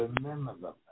remember